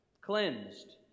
cleansed